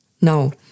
No